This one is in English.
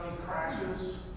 crashes